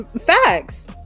Facts